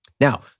Now